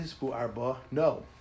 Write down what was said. No